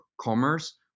commerce